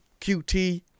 QT